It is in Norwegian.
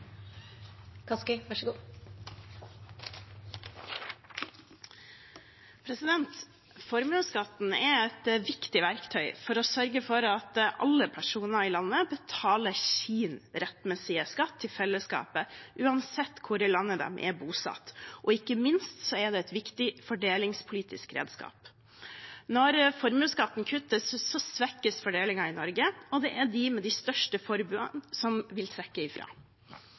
et viktig verktøy for å sørge for at alle personer i landet betaler sin rettmessige skatt til fellesskapet uansett hvor i landet de er bosatt, og ikke minst er det et viktig fordelingspolitisk redskap. Når formuesskatten kuttes, svekkes fordelingen i Norge, og det er de med de største formuene som vil trekke ifra.